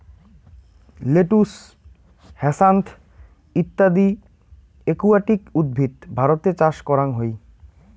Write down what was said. lettuce, hyacinth ইত্যদি aquatic উদ্ভিদ ভারতে চাষ করাং হই